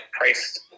priced